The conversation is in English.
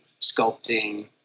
sculpting